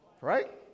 right